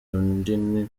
runini